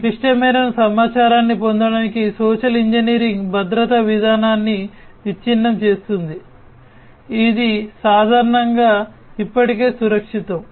క్లిష్టమైన సమాచారాన్ని పొందడానికి సోషల్ ఇంజనీరింగ్ భద్రతా విధానాన్ని విచ్ఛిన్నం చేస్తుంది ఇది సాధారణంగా ఇప్పటికే సురక్షితం